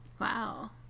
Wow